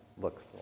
looks